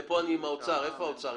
פה אני עם האוצר איפה האוצר?